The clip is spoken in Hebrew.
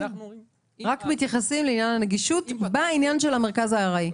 רק מתייחסים לעניין הנגישות בעניין של המרכז הארעי.